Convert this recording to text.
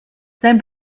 sein